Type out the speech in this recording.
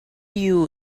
you